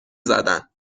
زدن